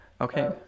Okay